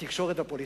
התקשורת והפוליטיקה,